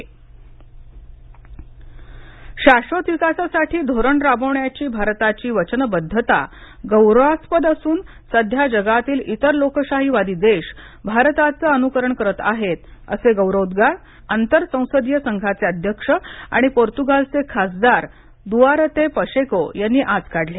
Pacheco शाश्वत विकासासाठी धोरण राबवण्याची भारताची वचनबद्धता गौरवास्पद असून सध्या जगातील इतर लोकशाहीवादी देश भारताचं अनुकरण करत आहेत असे गौरोवोद्गार आंतरसंसदीय संघाचे अध्यक्ष आणि पोर्तुगालचे खासदार दुआरते पशेको यांनी आज काढले